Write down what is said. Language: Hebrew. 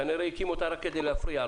כנראה הקים אותה רק כדי להפריע,